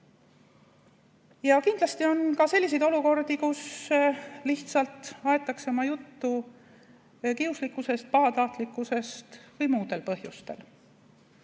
Kindlasti on ka selliseid olukordi, kus lihtsalt aetakse oma juttu kiuslikkusest, pahatahtlikkusest või muudel põhjustel.